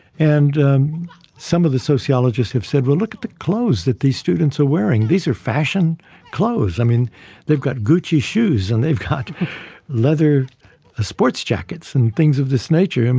and um some of the sociologists have said, well, look at the clothes that these students are wearing, these are fashion clothes. they've got gucci shoes and they've got leather ah sports jackets and things of this nature. and